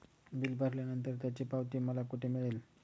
Bill भरल्यानंतर त्याची पावती मला कुठे मिळेल?